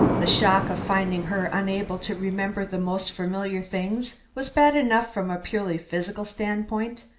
the shock of finding her unable to remember the most familiar things was bad enough from a purely physical standpoint,